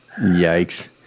Yikes